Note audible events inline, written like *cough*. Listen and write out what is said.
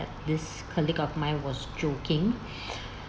this colleague of mine was joking *breath*